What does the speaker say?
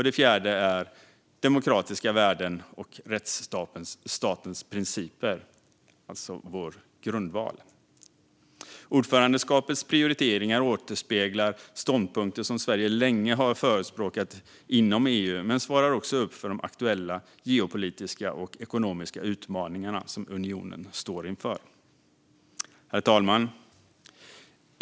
Det fjärde är demokratiska värden och rättsstatsprincipen, alltså vår grundval. Ordförandeskapets prioriteringar återspeglar ståndpunkter som Sverige länge har förespråkat inom EU, men de svarar också upp mot de aktuella geopolitiska och ekonomiska utmaningar som unionen står inför. Herr talman!